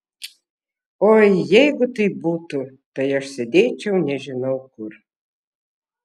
oi jeigu taip būtų tai aš sėdėčiau nežinau kur